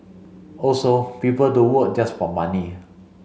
also people don't work just for money